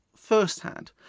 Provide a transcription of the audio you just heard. Firsthand